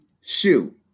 shoe